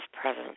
presence